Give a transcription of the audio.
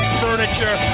furniture